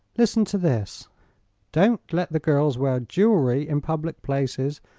listen to this don't let the girls wear jewelry in public places,